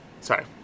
Sorry